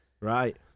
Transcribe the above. Right